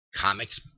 Comics